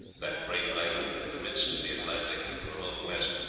that great island in the midst of the atlantic, in the remote west,